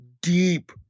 deep